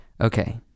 Okay